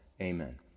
amen